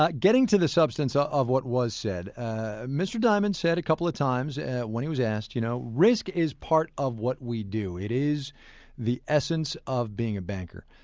but getting to the substance ah of what was said, ah mr. dimon and said a couple of times when he was asked, you know risk is part of what we do. it is the essence of being a banker